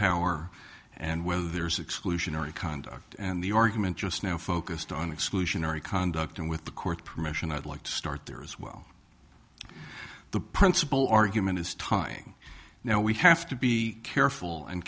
whether there's exclusionary conduct and the argument just now focused on exclusionary conduct and with the court's permission i'd like to start there as well the principle argument is timing now we have to be careful and